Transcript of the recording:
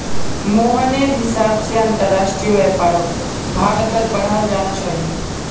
मोहनेर हिसाब से अंतरराष्ट्रीय व्यापारक भारत्त बढ़ाल जाना चाहिए